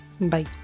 Bye